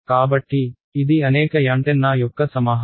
కాబట్టి ఇది అనేక యాంటెన్నా యొక్క సమాహారం